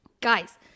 Guys